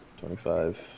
twenty-five